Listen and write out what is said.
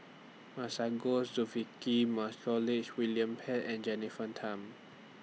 Masagos Zulkifli Montague William Pett and Jennifer Tham